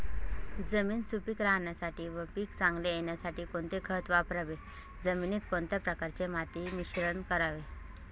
जमीन सुपिक राहण्यासाठी व पीक चांगले येण्यासाठी कोणते खत वापरावे? जमिनीत कोणत्या प्रकारचे माती मिश्रण करावे?